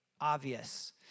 obvious